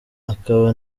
akaba